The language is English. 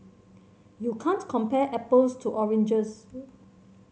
you can't compare apples to oranges